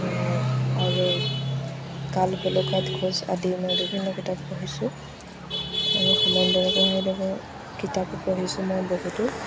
আৰু কাল বলুকাত খোজ আদি মই বিভিন্ন কিতাপ পঢ়িছো আৰু হোমেন বৰগোহাঞিদেৱৰ কিতাপো পঢ়িছো মই বহুতো